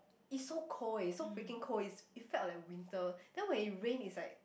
it's so cold eh it's so freaking cold it's it felt like winter then when it rain it's like